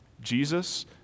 Jesus